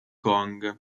kong